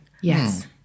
Yes